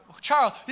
Charles